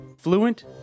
fluent